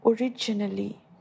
originally